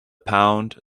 pound